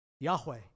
Yahweh